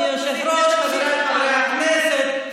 חבריי חברי הכנסת,